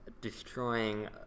destroying